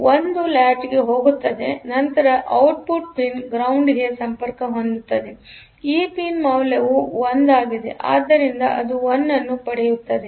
ಆದ್ದರಿಂದ 1 ಲಾಚ್ಗೆ ಹೋಗುತ್ತದೆ ಮತ್ತು ನಂತರ ಔಟ್ಪುಟ್ ಪಿನ್ ಗ್ರೌಂಡ್ಗೆ ಸಂಪರ್ಕ ಹೊಂದುತ್ತದೆ ಈ ಪಿನ್ ಮೌಲ್ಯವು 1 ಆಗಿದೆಆದ್ದರಿಂದಅದು1 ಅನ್ನು ಪಡೆಯುತ್ತದೆ